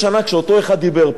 כשאותו אחד דיבר פה,